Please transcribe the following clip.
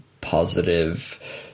positive